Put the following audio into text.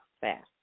fast